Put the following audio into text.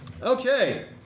Okay